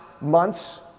months